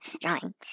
drawing